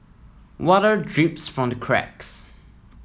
water drips from the cracks